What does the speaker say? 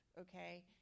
okay